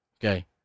Okay